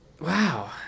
wow